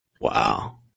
Wow